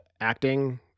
acting